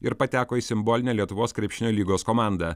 ir pateko į simbolinę lietuvos krepšinio lygos komandą